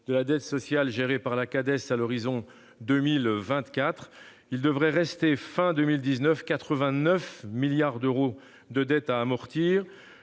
de la dette sociale, gérée par la Cades, à l'horizon de 2024. Il devrait rester 89,3 milliards d'euros de dette à amortir